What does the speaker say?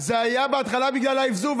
זה היה בתחילה בגלל האבזור,